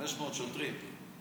500 שוטרים.